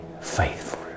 faithful